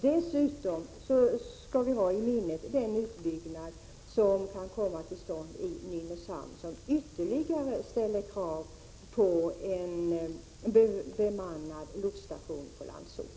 Dessutom skall vi ha i minnet den utbyggnad som kan komma till stånd i Nynäshamn och som kommer att medföra ytterligare krav på en bemannad lotsstation på Landsort.